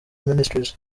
ministries